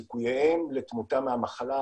המטרה שנושא את ה-ספייקים ובתמונה הימנית,